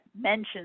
mentioned